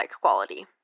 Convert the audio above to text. quality